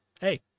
hey